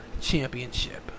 Championship